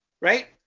right